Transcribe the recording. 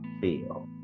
feel